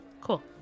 Cool